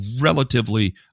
relatively